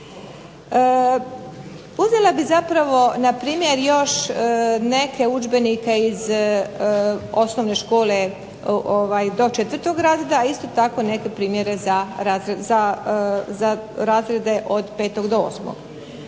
Uzela bih zapravo na primjer još neke udžbenike iz osnovne škole do 4. razreda, a isto tako neke primjere za razrede od 5 do 8.